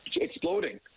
exploding